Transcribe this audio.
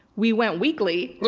we went weekly. yeah